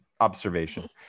observation